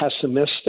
pessimistic